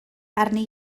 arni